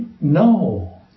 No